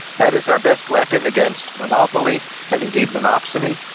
that is our best weapon against monopoly and, indeed, monopsony,